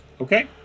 Okay